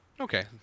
Okay